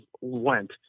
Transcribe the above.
went